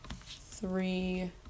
Three